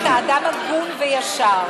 אדוני, אתה אדם הגון וישר,